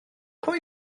pwy